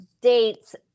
dates